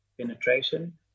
penetration